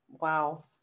wow